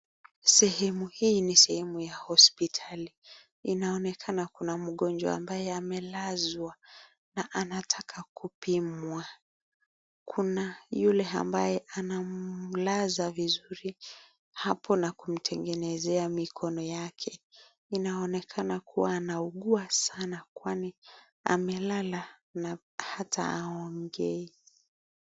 Sehemu hii ni sehemu ya hospitali, inaonekana kuna mgonjwa ambaye amelazwa na anataka kupimwa. Kuna yule ambaye anamlaza vizuri hapo na kumtengenezea mikono yake. Inaonekana kuwa anauguwa sana kwani amelala na hata haongei.